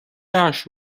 ash